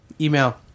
email